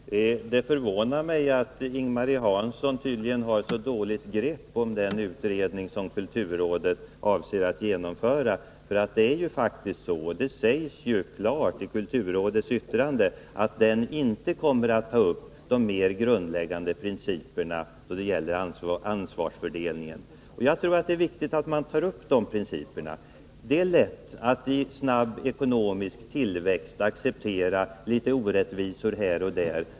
Herr talman! Det förvånar mig att Ing-Marie Hansson tydligen har ett så dåligt grepp om den utredning som kulturrådet avser att genomföra. Det är faktiskt så, och det sägs klart i kulturrådets yttrande, att utredningen inte kommer att ta upp de mer grundläggande principerna då det gäller ansvarsfördelningen. Jag tror att det är viktigt att man tar upp de principerna. Det är lätt att i tider med snabb ekonomisk tillväxt acceptera litet orättvisor här och där.